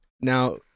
Now